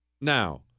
Now